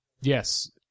Yes